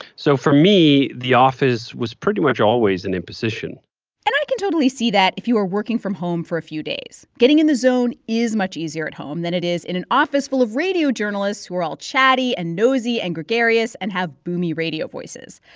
so for me, the office was pretty much always an imposition and i can totally see that if you are working from home for a few days. getting in the zone is much easier at home than it is in an office full of radio journalists who are all chatty and nosy and gregarious and have boomy radio voices.